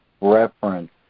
reference